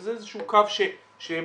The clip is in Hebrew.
וזה איזשהו קו שמתפתח.